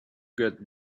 get